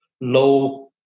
low